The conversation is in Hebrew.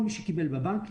כל מי שקיבל בבנק,